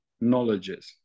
knowledges